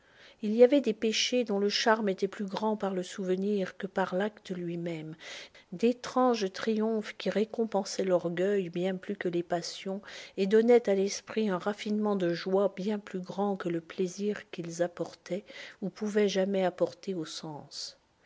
il y avait des péchés dont le charme était plus grand par le souvenir que par l'acte lui-même d'étranges triomphes qui récompensaient l'orgueil bien plus que les passions et donnaient à l'esprit un raffinement de joie bien plus grand que le plaisir qu'ils apportaient ou pouvaient jamais apporter aux sens